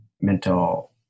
mental